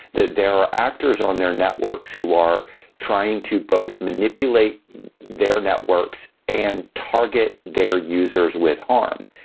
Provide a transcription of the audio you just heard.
that there are actors on their networks who are trying to both manipulate their networks and target their users with harm.